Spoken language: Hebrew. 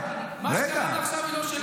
מה שקראת עכשיו לא שלי.